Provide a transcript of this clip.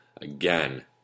again